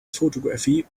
photography